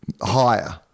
Higher